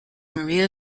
maria